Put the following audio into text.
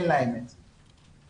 אין להם את זה.